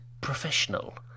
professional